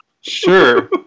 Sure